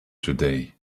today